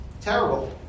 Terrible